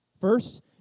First